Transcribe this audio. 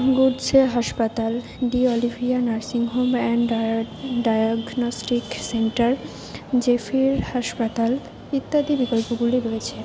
হাসপাতাল D Olivia nursing home and diagnostic centre J field হাসপাতাল ইত্যাদি বিকল্পগুলি রয়েছে